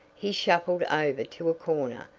he shuffled over to a corner,